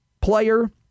player